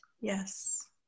yes